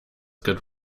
good